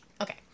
Okay